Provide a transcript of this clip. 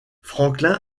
franklin